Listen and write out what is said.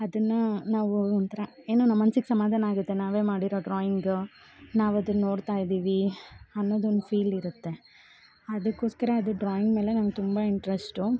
ಅದನ್ನ ನಾವೂ ಒಂಥರ ಏನೋ ನಮ್ಮ ಮನ್ಸಿಗೆ ಸಮಾಧಾನ ಆಗುತ್ತೆ ನಾವೇ ಮಾಡಿರೋ ಡ್ರಾಯಿಂಗ್ ನಾವು ಅದನ್ನು ನೋಡ್ತಾ ಇದ್ದೀವೀ ಅನ್ನೋದು ಒಂದು ಫೀಲ್ ಇರುತ್ತೆ ಅದ್ಕೊಸ್ಕರ ಅದು ಡ್ರಾಯಿಂಗ್ ಮೇಲೆ ನಂಗೆ ತುಂಬ ಇಂಟ್ರೆಸ್ಟು